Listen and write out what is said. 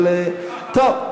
אבל, טוב.